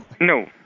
No